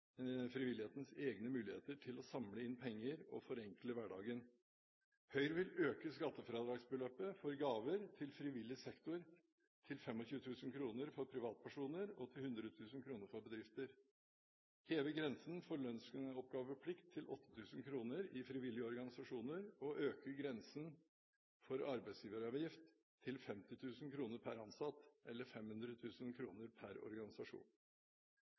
frivillighetens egne muligheter til å samle inn penger og forenkle hverdagen. Høyre vil øke skattefradragsbeløpet for gaver til frivillig sektor til 25 000 kr for privatpersoner og til 100 000 kr for bedrifter, heve grensen for lønnsoppgaveplikt til 8 000 kr i frivillige organisasjoner og øke grensen for arbeidsgiveravgiftsplikt til 50 000 kr per ansatt, eller 500 000 kr per organisasjon.